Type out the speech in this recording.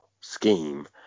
scheme